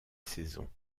saison